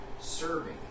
serving